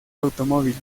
automóvil